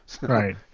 right